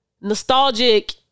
Nostalgic